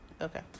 Okay